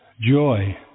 Joy